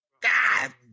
God